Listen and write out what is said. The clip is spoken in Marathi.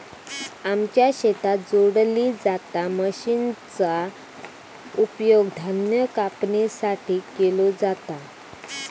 आमच्या शेतात जोडली जाता मशीनचा उपयोग धान्य कापणीसाठी केलो जाता